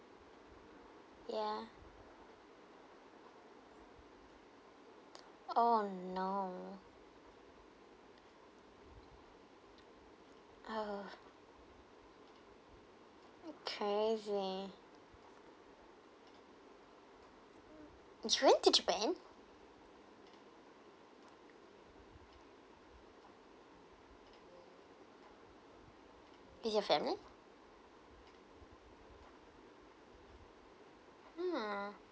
yeah oh no oh you crazy you went to japan with your family hmm